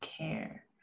care